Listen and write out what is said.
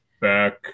Back